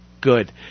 good